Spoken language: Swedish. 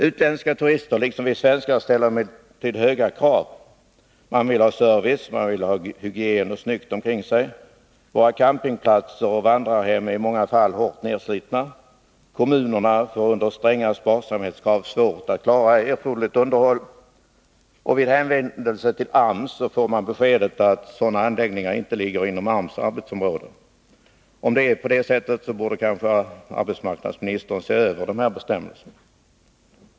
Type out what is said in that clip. Utländska turister liksom vi svenskar ställer givetvis höga krav. Man vill ha service och hygien samt snyggt omkring sig. Våra campingplatser och vandrarhem är i många fall hårt nedslitna. Kommunerna får under stränga sparsamhetskrav svårt att klara erforderligt underhåll. Vid hänvändelse till AMS får man beskedet att sådana anläggningar inte ligger inom AMS arbetsområde. Om det är så, borde kanske arbetsmarknadsministern se över bestämmelserna.